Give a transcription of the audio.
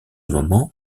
moment